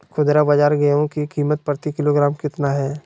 खुदरा बाजार गेंहू की कीमत प्रति किलोग्राम कितना है?